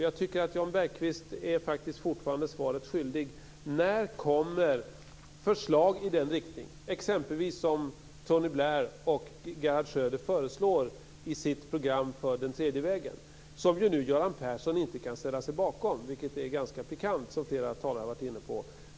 Jag tycker att Jan Bergqvist faktiskt fortfarande är svaret skyldig: När kommer förslag i den riktningen, exempelvis sådana som Tony Blair och Gerhard Schröder föreslår i sitt program för den tredje vägen? Det kan nu Göran Persson inte ställa sig bakom. Det är ganska pikant, vilket flera talare har varit inne på.